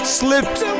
slipped